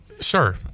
Sure